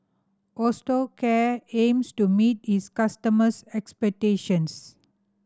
Osteocare aims to meet its customers' expectations